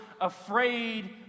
afraid